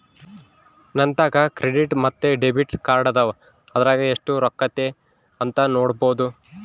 ನಂತಾಕ ಕ್ರೆಡಿಟ್ ಮತ್ತೆ ಡೆಬಿಟ್ ಕಾರ್ಡದವ, ಅದರಾಗ ಎಷ್ಟು ರೊಕ್ಕತೆ ಅಂತ ನೊಡಬೊದು